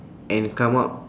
and come up